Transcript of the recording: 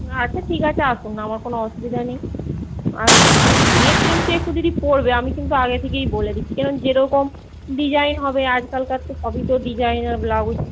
আচ্ছা ঠিক আছে আসুন আমার কোনো অসুবিধা নেই আর রেট কিন্তু একটু দিদি পড়বে আমি কিন্তু আগে থেকেই বলে দিচ্ছি কারণ যেরকম ডিজাইন হবে আজকালকার তো সবই তো ডিজাইনার ব্লাউজ